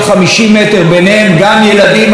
ביניהם גם ילדים אבל ביניהם גם